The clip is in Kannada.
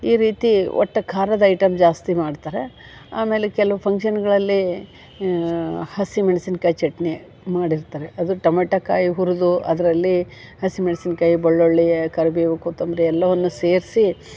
ಈ ರೀತಿ ಒಟ್ಟ ಖಾರದ ಐಟಮ್ ಜಾಸ್ತಿ ಮಾಡ್ತಾರೆ ಆಮೇಲೆ ಕೆಲವ್ ಫಂಕ್ಷನ್ಗಳಲ್ಲಿ ಹಸಿಮೆಣಸಿನ್ಕಾಯಿ ಚಟ್ನಿ ಮಾಡಿರ್ತಾರೆ ಅದು ಟೊಮಟೊ ಕಾಯಿ ಹುರಿದು ಅದರಲ್ಲಿ ಹಸಿಮೆಣಸಿನ್ಕಾಯಿ ಬಳ್ಳುಳ್ಳಿ ಕರಿಬೇವು ಕೊತ್ತಂಬರಿ ಎಲ್ಲವನ್ನೂ ಸೇರಿಸಿ